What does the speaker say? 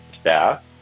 staff